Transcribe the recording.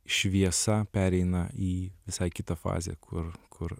šviesa pereina į visai kitą fazę kur kur